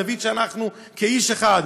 נבין שאנחנו כאיש אחד,